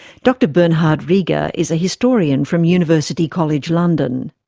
dr bernhard rieger is a historian from university college london.